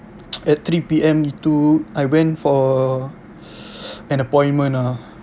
at three P_M gitu I went for an appointment ah